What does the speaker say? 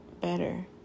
better